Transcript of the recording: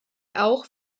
auch